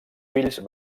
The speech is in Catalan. fills